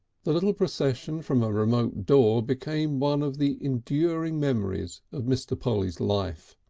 the little procession from a remote door became one of the enduring memories of mr. polly's life.